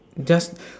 just